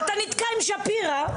אתה נתקע עם שפירא.